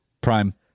Prime